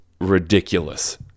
ridiculous